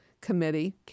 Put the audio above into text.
Committee